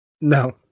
No